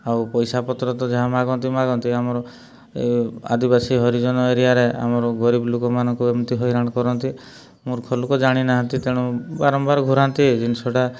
ଆଉ ପଇସାପତ୍ର ତ ଯାହା ମାଗନ୍ତି ମାଗନ୍ତି ଆମର ଏ ଆଦିବାସୀ ହରିଜନ ଏରିଆରେ ଆମର ଗରିବ ଲୋକମାନଙ୍କୁ ଏମିତି ହଇରାଣ କରନ୍ତି ମୂର୍ଖ ଲୋକ ଜାଣି ନାହାନ୍ତି ତେଣୁ ବାରମ୍ବାର ଘୁରାନ୍ତି ଜିନିଷଟା